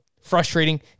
Frustrating